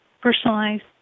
personalized